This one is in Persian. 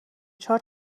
چهار